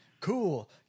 Cool